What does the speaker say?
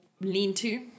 lean-to